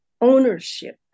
ownership